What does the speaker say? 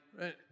right